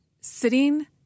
sitting